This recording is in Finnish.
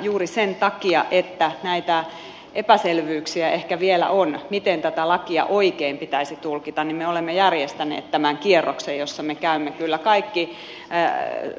juuri sen takia että näitä epäselvyyksiä ehkä vielä on miten tätä lakia oikein pitäisi tulkita me olemme järjestäneet tämän kierroksen jossa me käymme kyllä kaikki